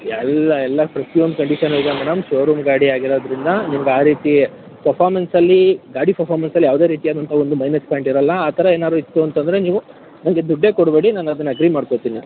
ಎಲ್ಲ ಎಲ್ಲ ಪ್ರತಿಯೊಂದು ಕಂಡೀಷನು ಇದೆ ಮೇಡಮ್ ಶೋರೂಮ್ ಗಾಡಿ ಆಗಿರೋದರಿಂದ ನಿಮ್ಗೆ ಆ ರೀತಿ ಪಫಾಮೆನ್ಸಲ್ಲಿ ಗಾಡಿ ಪಫಾಮೆನ್ಸಲ್ಲಿ ಯಾವುದೇ ರೀತಿ ಆದಂತ ಒಂದು ಮೈನಸ್ ಪಾಯಿಂಟ್ ಇರಲ್ಲ ಆ ಥರ ಏನಾರು ಇತ್ತು ಅಂತಂದರೆ ನೀವು ನನ್ಗೆ ದುಡ್ಡೇ ಕೊಡಬೇಡಿ ನಾನು ಅದನ್ನು ಅಗ್ರಿ ಮಾಡ್ಕೊಳ್ತೀನಿ